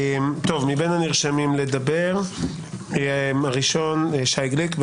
מבין הנרשמים לדבר, הראשון שי גליק.